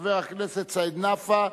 חבר הכנסת סעיד נפאע,